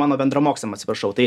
mano bendramoksliam atsiprašau tai